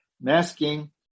masking